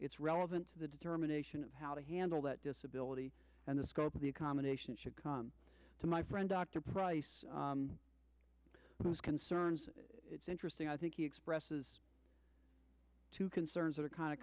it's relevant to the determination of how to handle that disability and the scope of the accommodation should come to my friend dr price those concerns it's interesting i think he expresses two concerns that are kind of